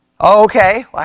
Okay